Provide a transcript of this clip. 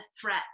threat